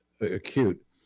acute